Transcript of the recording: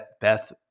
Beth